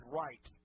right